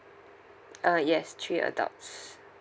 uh yes three adults